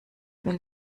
will